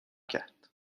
کرد